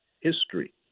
history